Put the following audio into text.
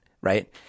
right